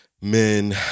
men